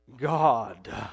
God